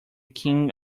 king